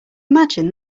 imagine